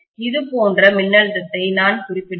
இது போன்று மின்னழுத்தத்தை நான் குறிப்பிடலாம்